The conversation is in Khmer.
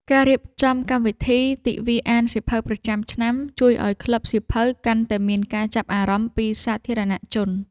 ការរៀបចំកម្មវិធី ទិវាអានសៀវភៅប្រចាំឆ្នាំ ជួយឱ្យក្លឹបសៀវភៅកាន់តែមានការចាប់អារម្មណ៍ពីសាធារណជន។